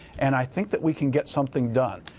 and i think that we can get something done.